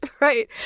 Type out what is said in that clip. right